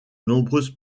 nombreuses